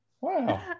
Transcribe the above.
Wow